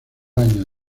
año